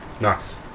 Nice